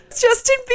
Justin